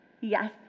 Yes